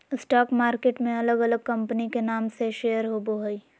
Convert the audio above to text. stock market में अलग अलग कंपनी के नाम से शेयर होबो हइ